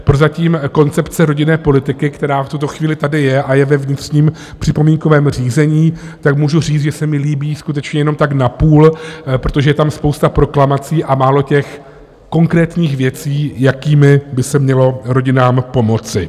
Prozatím koncepce rodinné politiky, která v tuto chvíli tady je a je ve vnitřním připomínkovém řízení, můžu říct, že se mi líbí skutečně jenom tak napůl, protože je tam spousta proklamací a málo konkrétních věcí, jakými by se mělo rodinám pomoci.